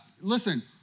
listen